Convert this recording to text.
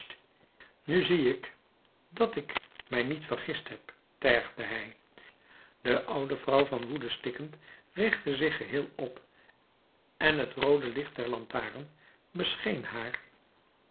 nu zie ik dat ik mij niet vergist heb tergde hij de oude vrouw van woede stikkend richtte zich geheel op en het roode licht der lantaarn bescheen haar